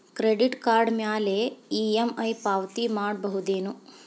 Credit card ಮ್ಯಾಲೆ EMI ಪಾವತಿ ಮಾಡ್ಬಹುದೇನು?